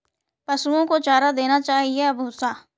पशुओं को चारा देना चाहिए या भूसा?